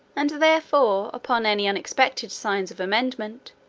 and therefore, upon any unexpected signs of amendment,